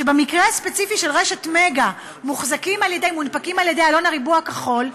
שבמקרה הספציפי של "רשת מגה" מונפקים על-ידי "אלון הריבוע הכחול"